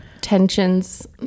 tensions